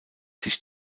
sich